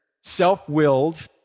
self-willed